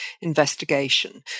investigation